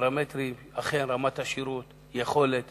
פרמטרים של רמת השירות, יכולתה